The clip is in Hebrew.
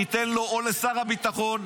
תיתן לו או לשר הביטחון.